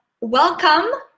Welcome